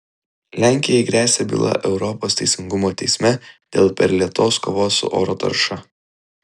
lenkijai gresia byla europos teisingumo teisme dėl per lėtos kovos su oro tarša